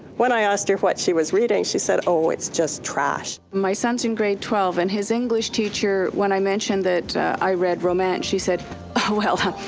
when i asked her what she was reading she said oh it's just trash. my son's in grade twelve and his english teacher, when i mentioned that i read romance, she said oh well,